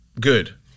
good